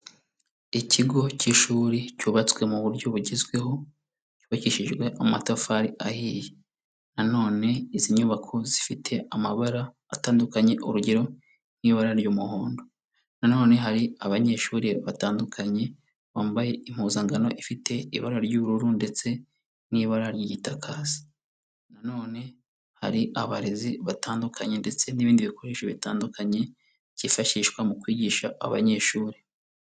Ikigo cy'ishuri cyubatswe mu buryo bugezweho cyubakishijwe amatafari ahiye. Nanone izi nyubako zifite amabara atandukanye urugero nk'ibara ry'umuhondo. Nanone hari abanyeshuri batandukanye bambaye impuzangano ifite ibara ry'ubururu ndetse n'ibara ry'igitaka hasi. Nanone hari abarezi batandukanye ndetse n'ibindi bikoresho bitandukanye byifashishwa mu kwigisha abanyeshuri.